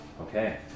Okay